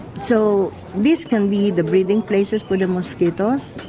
so these can be the breeding places for the mosquitoes.